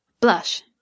Blush